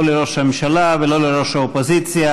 לא לראש הממשלה ולא לראש האופוזיציה.